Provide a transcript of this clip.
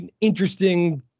interesting